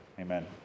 amen